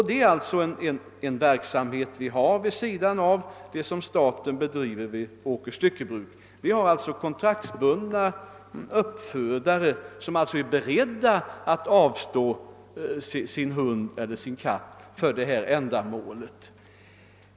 Det är en verksamhet som bedrivs vid sidan av den staten driver i Åkers styckebruk. Vi har kontraktbundna uppfödare, som är beredda att sälja hundar eller katter för dessa ändamål.